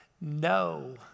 no